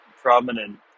prominent